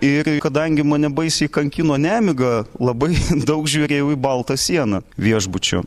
ir kadangi mane baisiai kankino nemiga labai daug žiūrėjau į baltą sieną viešbučio